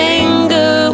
anger